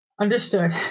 Understood